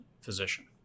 physician